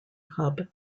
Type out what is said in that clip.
hub